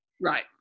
Right